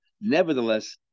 nevertheless